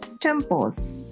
temples